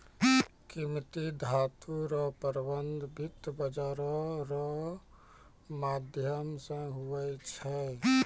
कीमती धातू रो प्रबन्ध वित्त बाजारो रो माध्यम से हुवै छै